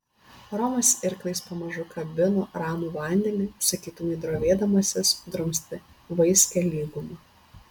romas irklais pamažu kabino ramų vandenį sakytumei drovėdamasis drumsti vaiskią lygumą